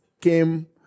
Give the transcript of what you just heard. came